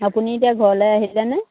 আপুনি এতিয়া ঘৰলৈ আহিলেনে